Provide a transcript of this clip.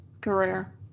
career